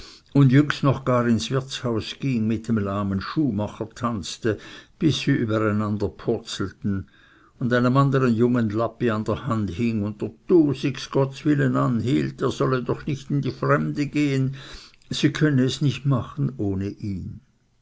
hat jüngst noch gar ins wirtshaus ging mit dem lahmen schuhmacher tanzte bis sie übereinanderpürzelten der gute kerli behauptet er habe zwei gute beine und einem andern jungen lappi an der hand hing und dr tusig gottswille anhielt er solle doch nicht in die fremde gehen sie könne es nicht machen ohne ihn